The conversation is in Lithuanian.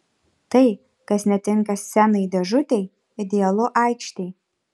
tai kas netinka scenai dėžutei idealu aikštei